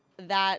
that